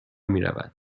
میرود